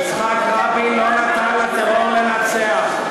יצחק רבין לא נתן לטרור לנצח,